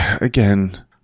again